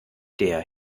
der